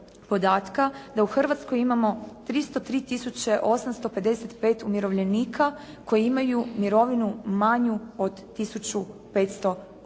da u Hrvatskoj imamo 303.855 umirovljenika koji imaju mirovinu manju od 1.500,00 kuna,